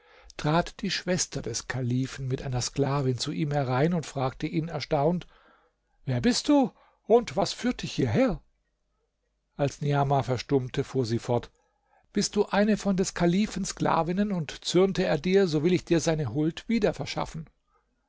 trat die schwester des kalifen mit einer sklavin zu ihm herein und fragte ihn erstaunt wer bist du und was führt dich hierher als niamah verstummte fuhr sie fort bist du eine von des kalifen sklavinnen und zürnte er dir so will ich dir seine huld wieder verschaffen